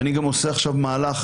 ואני גם עושה עכשיו מהלך.